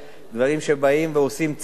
דברים שבאים ועושים צדק,